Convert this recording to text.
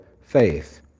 faith